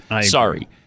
Sorry